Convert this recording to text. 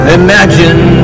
imagine